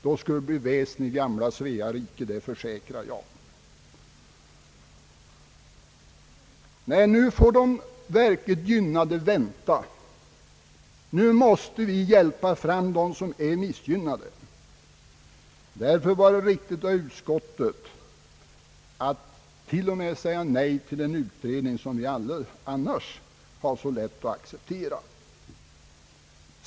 Då skulle det bli ett väsen i gamla Svea rike, det försäkrar jag. Nej, nu får de verkligt gynnade vänta. Nu måste vi hjälpa fram dem som är missgynnade. Därför var det riktigt av utskottet att till och med säga nej till en utredning, ett krav som vi annars har så lätt att acceptera.